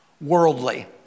worldly